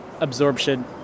absorption